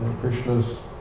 Krishna's